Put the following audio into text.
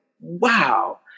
wow